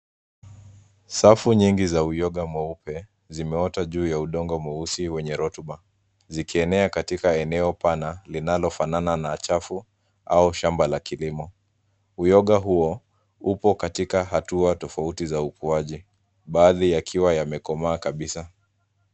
Safu nyingi za uyoga mweupe zimeota juu ya udongo mweusi wenye rotuba zikienea katika eneo pana linalofanana na chafu au shamba la kilimo. Uyoga huo uko katika hatua tofauti za ukuaji, baadhi yakiwa yamekomaa kabisa.